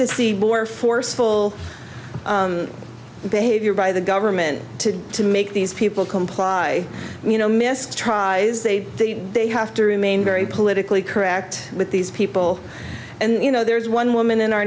to see more forceful behavior by the government to make these people comply you know miss tries they say they have to remain very politically correct with these people and you know there's one woman in our